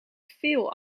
veel